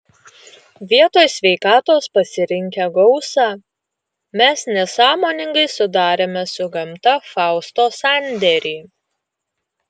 vietoj sveikatos pasirinkę gausą mes nesąmoningai sudarėme su gamta fausto sandėrį